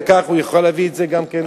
וכך הוא יוכל להביא את זה גם כן לוועדה.